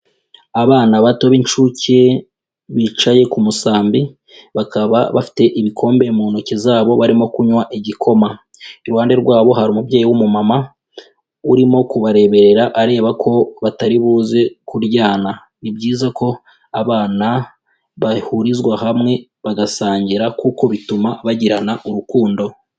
Abana bato b'incuke bicaye ku musambi, bakaba bafite ibikombe mu ntoki zabo barimo kunywa igikoma, iruhande rwabo hari umubyeyi w'umumama urimo kubareberera areba ko batari buze kuryana. Ni byiza ko abana bahurizwa hamwe bagasangira, kuko bituma bagirana urukundo.